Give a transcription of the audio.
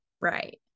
right